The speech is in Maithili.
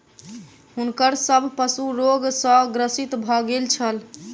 हुनकर सभ पशु रोग सॅ ग्रसित भ गेल छल